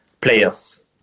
players